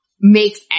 makes